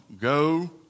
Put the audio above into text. go